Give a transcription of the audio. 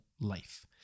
life